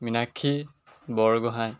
Meenakshi Borgohain